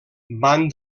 van